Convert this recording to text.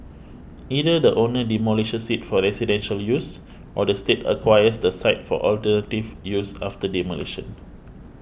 either the owner demolishes it for residential use or the State acquires the site for alternative use after demolition